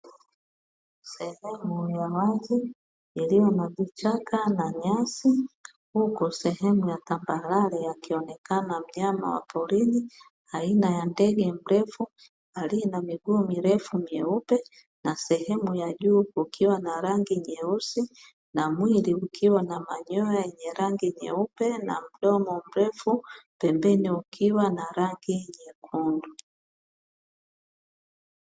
Sehemu ya wazi, iliyo na vichaka na nyasi, huku sehemu ya tambarare akionekana mnyama wa porini aina ya ndege mrefu, aliye na miguu mirefu mieupe na sehemu ya juu kukiwa na rangi nyeusi, na mwili ukiwa na manyoya yenye rangi nyeupe na mdomo mrefu pembeni, ukiwa na rangi nyekundu.